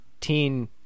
teen